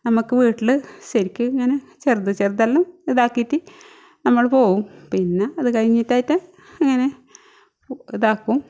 നമുക്ക് വീട്ടിൽ ശരിക്ക് ഇങ്ങനെ ചെറുത് ചെറുതെല്ലാം ഇതാക്കീട്ട് നമ്മൾ പോകും പിന്നെ അതു കഴിഞ്ഞിട്ടായിട്ട് ഇങ്ങനെ ഇതാക്കും